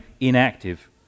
inactive